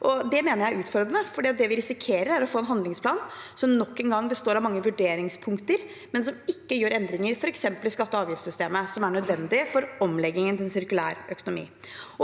Det mener jeg er utfordrende, for det vi risikerer, er å få en handlingsplan som nok en gang består av mange vurderingspunkter, men som ikke gjør endringer, f.eks. i skatte- og avgiftssystemet, som er nødvendig for omleggingen til en sirkulær økonomi.